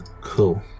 cool